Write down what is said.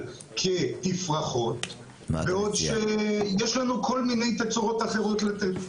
של תפרחות בעוד שיש לנו כל מיני תצורות אחרות לתת.